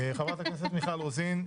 חברת הכנסת מיכל רוזין,